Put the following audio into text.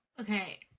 Okay